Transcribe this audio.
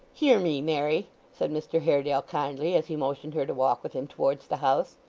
hear me, mary said mr haredale kindly, as he motioned her to walk with him towards the house.